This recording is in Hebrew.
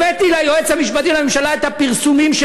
הבאתי ליועץ המשפטי לממשלה את הפרסומים של